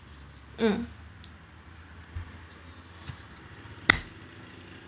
mm